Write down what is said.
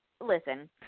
listen